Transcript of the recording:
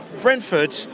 Brentford